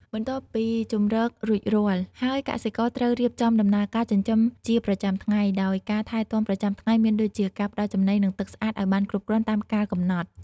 បន្ទាប់ពីជម្រករួចរាល់ហើយ កសិករត្រូវរៀបចំដំណើរការចិញ្ចឹមជាប្រចាំថ្ងៃ ដោយការថែទាំប្រចាំថ្ងៃមានដូចជាការផ្តល់ចំណីនិងទឹកស្អាតឲ្យបានគ្រប់គ្រាន់តាមកាលកំណត់។